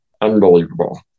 unbelievable